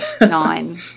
nine